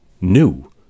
new